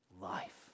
life